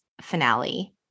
finale